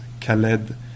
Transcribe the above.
Khaled